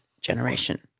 generation